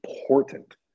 important